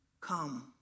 Come